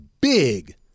big